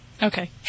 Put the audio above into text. Okay